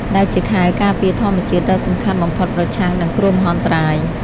ដែលជាខែលការពារធម្មជាតិដ៏សំខាន់បំផុតប្រឆាំងនឹងគ្រោះមហន្តរាយ។